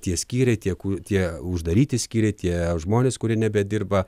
tie skyriai tiek tie uždaryti skyriai tie žmonės kurie nebedirba